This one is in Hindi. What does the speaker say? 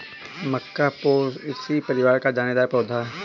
मक्का पोएसी परिवार का दानेदार पौधा है